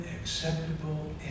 acceptable